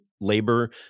labor